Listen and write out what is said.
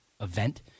event